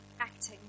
acting